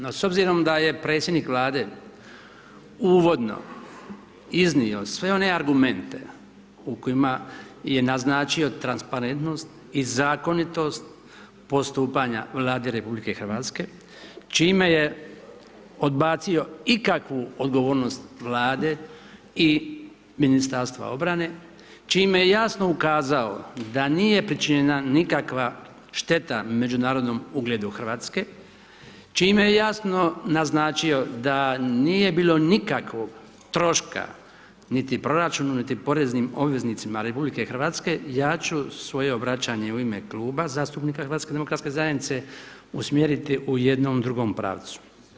No s obzirom da je predsjednik Vlade uvodno iznio sve one argumente u kojima je naznačio transparentnost i zakonitost postupanja Vlade RH čime je odbacio ikakvu odgovornost Vlade i Ministarstva obrane, čime je jasno ukazao da nije pričinjena nikakva šteta međunarodnom ugledu Hrvatske, čime je jasno naznačio da nije bilo nikakvog troška niti proračunu, niti poreznim obveznicima RH ja ću svoje obraćanje u ime Kluba zastupnika HDZ-a usmjeriti u jednom drugom pravcu.